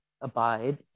abide